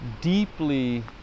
deeply